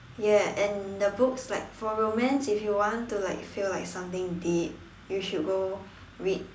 ya and the books like for romance if you want to like feel like something deep you should go read